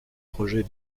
projets